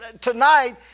tonight